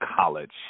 college